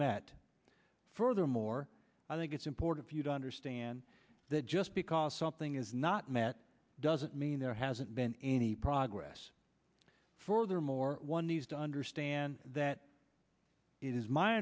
met furthermore i think it's important for you to understand that just because something is not met doesn't mean there hasn't been any progress for there are more one needs to understand that it is my